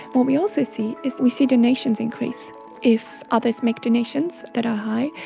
what we also see is we see donations increase if others make donations that are high.